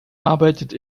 arbeitet